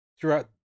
throughout